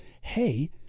hey